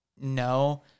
no